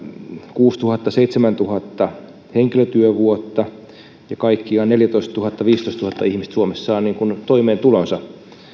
kuusituhatta viiva seitsemäntuhatta henkilötyövuotta ja kaikkiaan neljätoistatuhatta viiva viisitoistatuhatta ihmistä suomessa saa toimeentulonsa